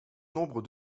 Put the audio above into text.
nombre